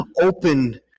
open